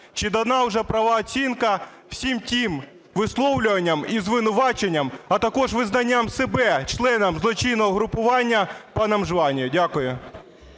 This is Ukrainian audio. Чи дана вже правова оцінка всім тим висловлюванням і звинуваченням, а також визнанням себе членом злочинного угрупування паном Жванією? Дякую.